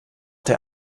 der